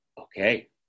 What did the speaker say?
Okay